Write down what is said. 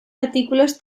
artículos